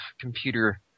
computer